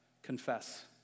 Confess